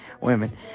women